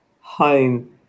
home